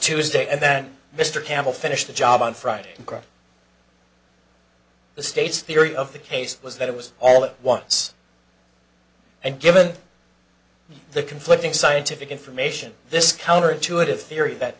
tuesday and then mr campbell finished the job on friday the state's theory of the case was that it was all at once and given the conflicting scientific information this counterintuitive theory that